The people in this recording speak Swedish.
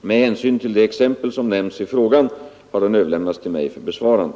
Med hänsyn till det exempel som nämns i frågan har den överlämnats till mig för besvarande.